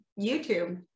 YouTube